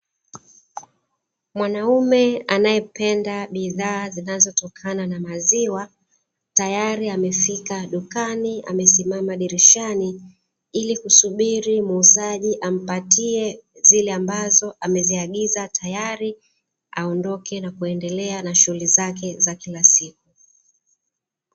Mwanaume anayependa bidhaa zinazotokana na maziwa tayari amefika dukani amesimama dirishani ili kusubiri muuzaji amapatie zile ambazo ameziagiza tayari aondoke na kuendelea na shughuli zake za kila siku.